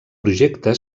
projecte